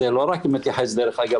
זה לא רק מתייחס לנצרת,